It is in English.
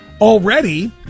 already